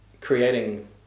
creating